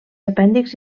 apèndixs